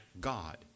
God